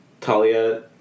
Talia